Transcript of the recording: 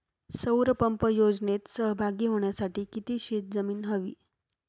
सौर पंप योजनेत सहभागी होण्यासाठी किती शेत जमीन हवी?